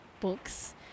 books